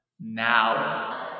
now